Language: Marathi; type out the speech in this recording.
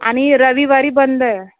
आणि रविवारी बंद आहे